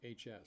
hs